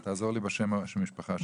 אני רוצה לקחת רגע צעד אחד אחורה.